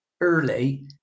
early